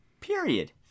Period